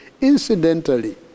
Incidentally